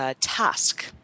task